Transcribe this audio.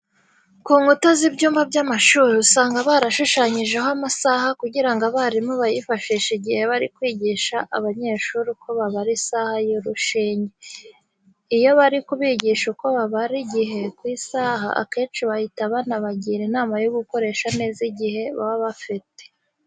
Ku nkuta z'ibyumba by'amashuri usanga barashushanyijeho amasaha kugira ngo abarimu bayifashishe igihe bari kwigisha aba banyeshuri uko babara isaha y'urushinge. Iyo bari kubigisha uko babara igihe ku isaha, akenshi bahita banabagira inama yo gukoresha neza igihe baba bafite.